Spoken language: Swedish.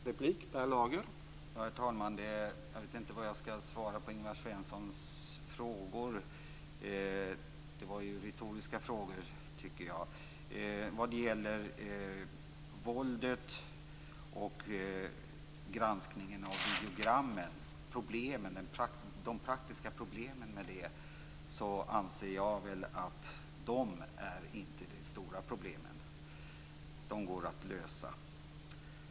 Herr talman! Jag vet inte vad jag skall svara på Ingvar Svenssons frågor, som ju var retoriska. Vad gäller våldet och granskningen av videogram och de praktiska problemen med det anser jag att de inte är de stora problemen, utan de går att lösa.